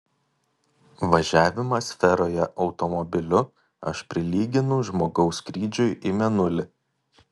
važiavimą sferoje automobiliu aš prilyginu žmogaus skrydžiui į mėnulį